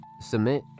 submit